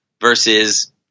Versus